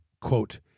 Quote